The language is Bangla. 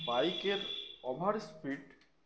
বাইকের ওভার স্পিড